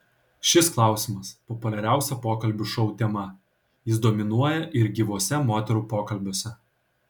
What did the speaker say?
šis klausimas populiariausia pokalbių šou tema jis dominuoja ir gyvuose moterų pokalbiuose